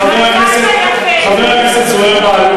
חבר הכנסת זוהיר בהלול,